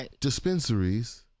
dispensaries